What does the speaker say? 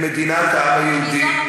היא מדינת העם היהודי,